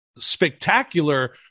spectacular